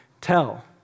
tell